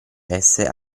esse